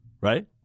right